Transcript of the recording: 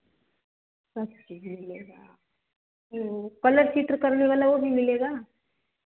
colour चित्र करने वाला वह भी मिलेगा